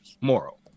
moral